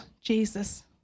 Jesus